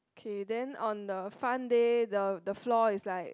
okay then on the fun day the the floor is like